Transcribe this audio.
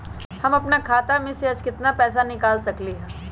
हम अपन खाता में से आज केतना पैसा निकाल सकलि ह?